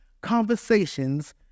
conversations